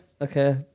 okay